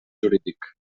jurídic